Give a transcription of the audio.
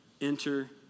enter